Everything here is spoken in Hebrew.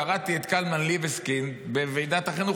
קראתי את קלמן ליבסקינד בוועידת החינוך,